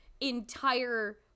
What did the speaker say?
entire